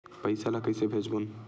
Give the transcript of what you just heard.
पईसा ला कइसे भेजबोन?